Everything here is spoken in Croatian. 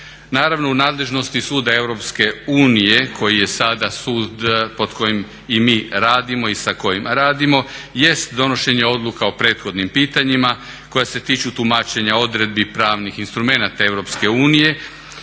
Naravno u nadležnosti Suda Europske unije koji je sada sud pod kojim i mi radimo i sa kojim radimo jest donošenje odluka o prethodnim pitanjima koja se tiču tumačenja odredbi pravnih instrumenata